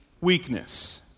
weakness